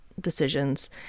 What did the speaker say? decisions